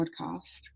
podcast